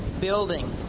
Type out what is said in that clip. building